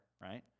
right